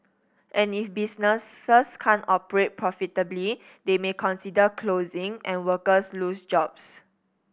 and if businesses can't operate profitably they may consider closing and workers lose jobs